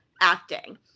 acting